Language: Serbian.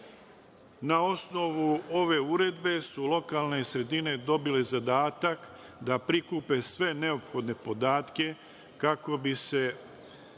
Na osnovu ove uredbe su lokalne sredine dobile zadatak da prikupe sve neophodne podatke kako bi se